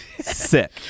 sick